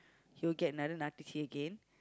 he will get another again